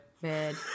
Bed